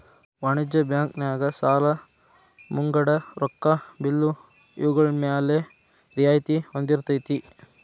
ವಾಣಿಜ್ಯ ಬ್ಯಾಂಕ್ ನ್ಯಾಗ ಸಾಲಾ ಮುಂಗಡ ರೊಕ್ಕಾ ಬಿಲ್ಲು ಇವ್ಗಳ್ಮ್ಯಾಲೆ ರಿಯಾಯ್ತಿ ಹೊಂದಿರ್ತೆತಿ